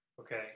Okay